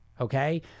okay